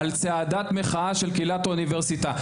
על צעדת מחאה של קהילת האוניברסיטה,